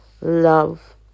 love